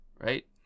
right